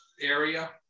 area